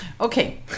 Okay